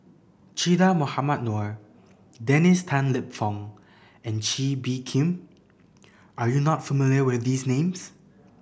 Che Dah Mohamed Noor Dennis Tan Lip Fong and Kee Bee Khim are you not familiar with these names